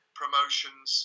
promotions